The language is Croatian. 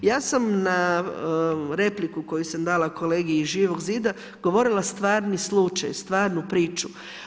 Ja sam na repliku, koju sam dala kolegi iz Živog zida govorila stvarni slučaj, stvarnu priču.